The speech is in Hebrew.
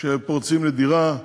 כשפורצים לדירה,